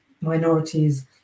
minorities